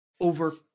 over